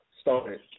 started